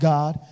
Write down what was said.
God